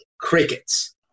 crickets